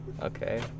Okay